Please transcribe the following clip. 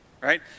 right